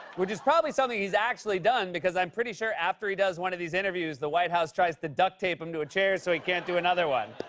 which is probably something he's actually done because i'm pretty sure after he does one of these interviews, the white house tries to duct-tape him to a chair so he can't do another one.